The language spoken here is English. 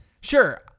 Sure